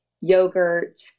yogurt